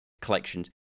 collections